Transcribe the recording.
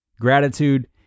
gratitude